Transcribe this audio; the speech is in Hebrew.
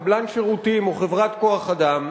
קבלן שירותים או חברת כוח-אדם,